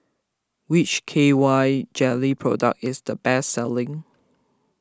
which K Y jelly product is the best selling